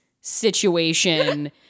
situation